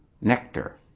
nectar